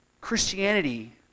Christianity